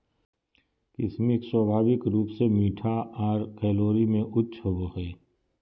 किशमिश स्वाभाविक रूप से मीठा आर कैलोरी में उच्च होवो हय